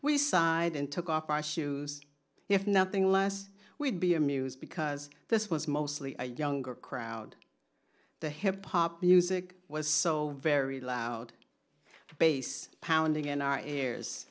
we sighed and took off our shoes if nothing less we'd be amused because this was mostly a younger crowd the hip hop music was so very loud bass pounding in our ears